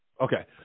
Okay